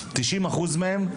90% מהם,